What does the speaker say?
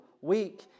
week